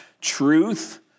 truth